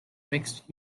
mixed